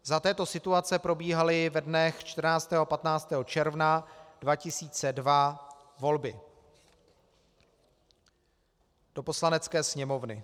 Za této situace probíhaly ve dnech 14. a 15. června 2002 volby do Poslanecké sněmovny.